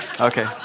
Okay